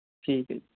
ਠੀਕ ਹੈ ਜੀ